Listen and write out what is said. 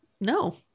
no